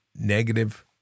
negative